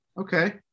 okay